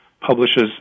publishes